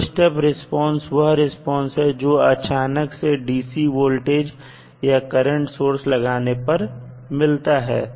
तो step response वह response है जो अचानक से DC वोल्टेज या करंट सोर्स लगाने पर मिलता है